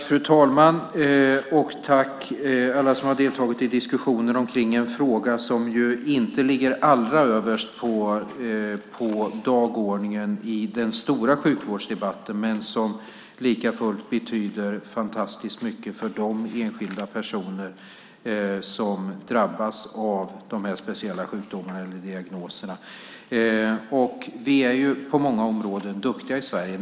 Fru talman! Tack alla som har deltagit i diskussionen om en fråga som inte ligger allra överst på dagordningen i den stora sjukvårdsdebatten men som likafullt betyder fantastiskt mycket för de enskilda personer som drabbas av de speciella sjukdomarna eller diagnoserna. Vi är på många områden duktiga i Sverige.